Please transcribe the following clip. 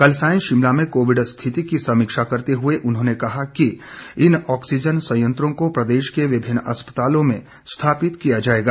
कल सायं शिमला में कोविड स्थिति की समीक्षा बैठक करते हुए उन्होंने कहा कि इन ऑक्सीजन संयंत्रों को प्रदेश के विभिन्न अस्पतालों में स्थापित किया जाएगा